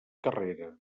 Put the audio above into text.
carrera